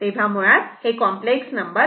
तेव्हा मुळात हे कॉम्प्लेक्स नंबर आहे